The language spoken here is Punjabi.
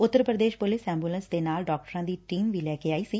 ਉੱਤਰ ਪੁਦੇਸ਼ ਪੁਲਿਸ ਐਬੁਲੈਸ ਦੇ ਨਾਲ ਡਾਕਟਰਾਂ ਦੀ ਟੀਮ ਵੀ ਲੈ ਕੇ ਆਈ ਸੀ